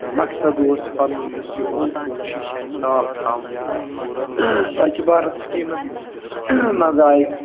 مقصَد اوس پَنُن یُس یہِ اوٚنٛد پوٚک چھُ یہِ چھُ اَسہِ صاف تھاوُن سۄچہِ بھارَت سِکیٖمَس منٛز آیہِ